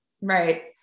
Right